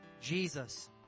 Jesus